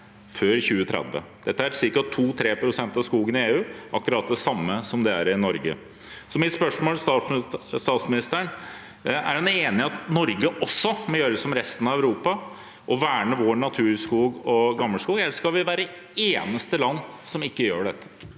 før 2030. Dette er ca. 2–3 pst. av skogen i EU, akkurat det samme som det er i Norge. Mitt spørsmål til statsministeren er: Er han enig i at Norge må gjøre som resten av Europa, og verne vår naturskog og gammelskog, eller skal vi være det eneste landet som ikke gjør dette?